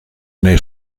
nei